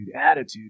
attitude